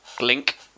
Link